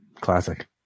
Classic